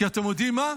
כי אתם יודעים מה?